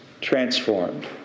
transformed